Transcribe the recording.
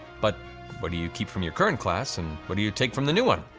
but what do you keep from your current class, and what do you take from the new one?